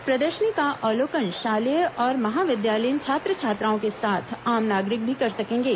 प्रदर्शनी का अवलोकन शालेय और महाविद्यालयीन छात्र छात्राओं के साथ आम नागरिक भी कर सकेंगे